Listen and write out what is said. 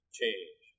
change